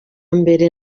mbere